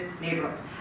neighborhoods